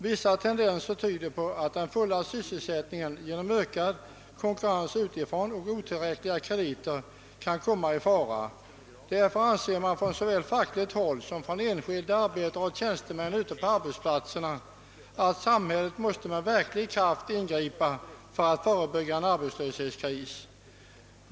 Vissa tendenser tyder på att den fulla sysselsättningen genom ökad konkurrens utifrån och otillräckliga krediter kan komma i fara, och därför anser man på såväl fackligt håll som bland enskilda arbetare och tjänstemän ute på arbetsplatserna, att samhället med verklig kraft måste ingripa för att förebygga en arbetslöshetskris.